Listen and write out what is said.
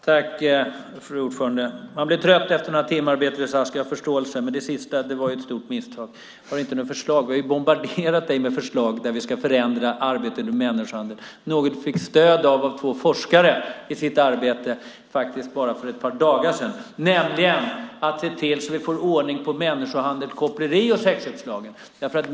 Fru talman! Man blir trött efter några timmar, Beatrice Ask; jag har förståelse för det. Men det sista om att vi inte skulle ha några förslag var ett stort misstag. Vi har bombarderat dig med förslag om hur vi ska förändra arbetet med människohandeln - något vi fick stöd för av två forskare i deras arbete bara för ett par dagar sedan. Vi måste se till att få ordning på människohandel, koppleri och sexköpslagen.